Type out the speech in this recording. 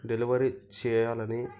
delivery చేయాలి అని